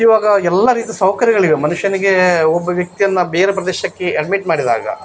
ಇವಾಗ ಎಲ್ಲ ರೀತಿಯ ಸೌಕರ್ಯಗಳಿವೆ ಮನುಷ್ಯನಿಗೆ ಒಬ್ಬ ವ್ಯಕ್ತಿಯನ್ನು ಬೇರೆ ಪ್ರದೇಶಕ್ಕೆ ಎಡ್ಮಿಟ್ ಮಾಡಿದಾಗ